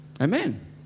Amen